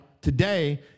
today